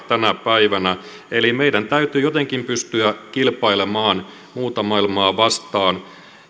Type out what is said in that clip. tänä päivänä eli meidän täytyy jotenkin pystyä kilpailemaan muuta maailmaa vastaan